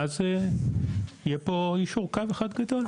ואז יהיה פה יישור קו אחד גדול.